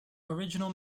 original